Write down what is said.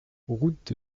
route